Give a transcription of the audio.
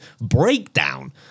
breakdown